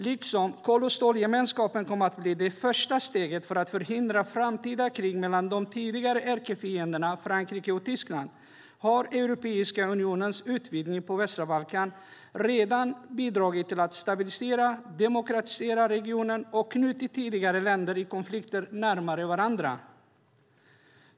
Liksom kol och stålgemenskapen kom att bli det första steget för att förhindra framtida krig mellan de tidigare ärkefienderna Frankrike och Tyskland har Europeiska unionens utvidgning på västra Balkan redan bidragit till att stabilisera och demokratisera regionen, och knutit tidigare länder i konflikt närmare varandra.